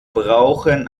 brauchen